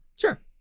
sure